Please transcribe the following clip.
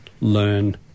learn